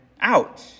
out